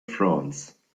france